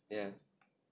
ya